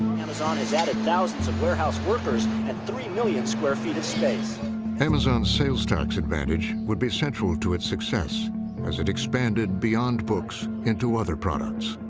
amazon has added thousands of warehouse workers and three million square feet of space. narrator amazon's sales-tax advantage would be central to its success as it expanded beyond books, into other products.